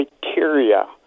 criteria